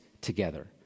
together